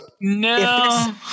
no